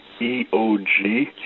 EOG